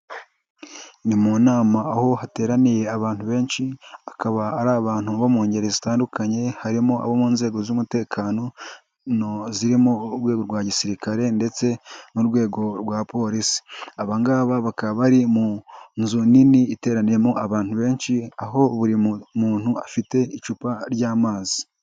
Ni mu nama, aho hateraniye abantu benshiba, akaba ari abantu bo mu ngeri zitandukanye, harimo abo mu nzego z'umutekano, zirimo urwego rwa gisirikare ndetse n'urwego rwa polisi, aba ngaba bakaba bari mu nzu nini iteraniyemo abantu benshi, aho buri muntu afite icupa ry'amazi.